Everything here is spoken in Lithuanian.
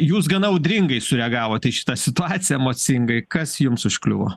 jūs gana audringai sureagavot į šitą situaciją emocingai kas jums užkliuvo